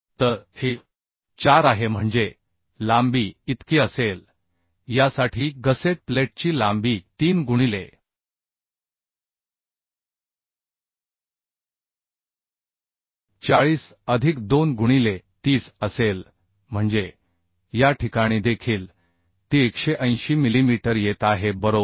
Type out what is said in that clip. तर हे 4 आहे म्हणजे लांबी इतकी असेल यासाठी गसेट प्लेटची लांबी 3 गुणिले 40 अधिक 2 गुणिले 30 असेल म्हणजे या ठिकाणी देखील ती 180 मिलीमीटर येत आहे बरोबर